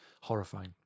horrifying